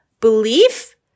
belief